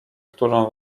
którą